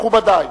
מכובדי,